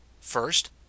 first